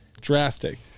drastic